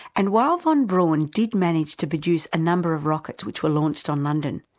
and while von braun did manage to produce a number of rockets which were launched on london,